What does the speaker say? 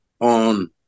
on